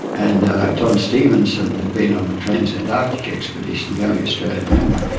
and jon stephenson had been on the trans-antarctic expedition, the only australian member,